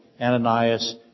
Ananias